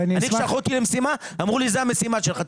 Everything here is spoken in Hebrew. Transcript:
אני כששלחו אותי למשימה אמרו לי: זו המשימה שלך,